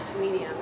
medium